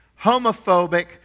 homophobic